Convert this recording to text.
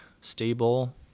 stable